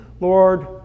Lord